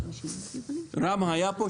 חבר הכנסת רם שפע,